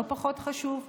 לא פחות חשוב,